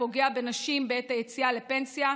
הפוגע בנשים בעת היציאה לפנסיה,